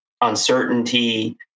uncertainty